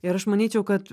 ir aš manyčiau kad